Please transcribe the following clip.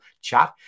chat